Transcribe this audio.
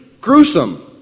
gruesome